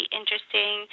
interesting